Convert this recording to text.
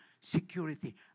security